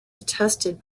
attested